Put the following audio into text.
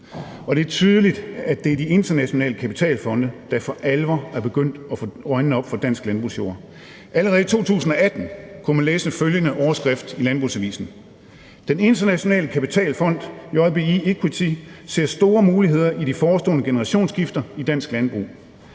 Det er tydeligt, at det er de internationale kapitalfonde, der for alvor er begyndt at få øjnene op for dansk landbrugsjord. Allerede i 2018 kunne man læse følgende overskrift i LandbrugsAvisen: »Den internationale kapitalfond JBI Equity ser store muligheder i de forestående generationsskifter i dansk landbrug«.